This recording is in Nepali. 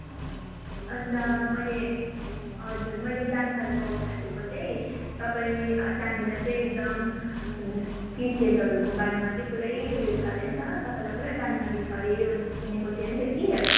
अन्त मैले हजुर मैले जानकारी पाउँदाखेरिको चाहिँ तपाईँ त्यहाँनिर चाहिँ एकदम टी स्टेटहरूको बारेमा चाहिँ पुरै ऊ यो छ अरे नि त तपाईँलाई पुरा जानकारी छ अरे भनेको सुनेको थिएँ नि त कि